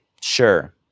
Sure